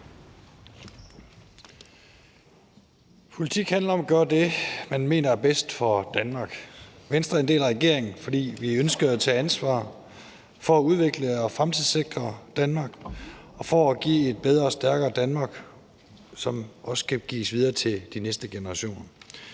Politik handler om at gøre det, man mener er bedst for Danmark. Venstre er en del af regeringen, fordi vi ønskede at tage ansvar for at udvikle og fremtidssikre Danmark og for at give et bedre og stærkere Danmark videre til de næste generationer.